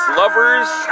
lovers